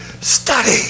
Study